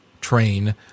train